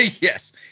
Yes